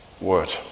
Word